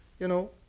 you know.